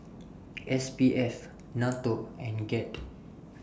S P F NATO and Ged